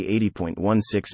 80.16